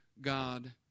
God